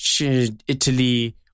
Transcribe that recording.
Italy